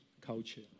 culture